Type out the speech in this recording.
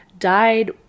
died